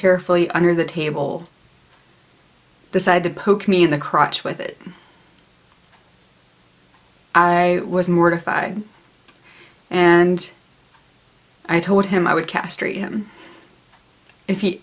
carefully under the table decided to poke me in the crotch with it i was mortified and i told him i would castrate him if he